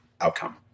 outcome